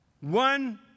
One